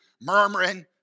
murmuring